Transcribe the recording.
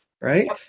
right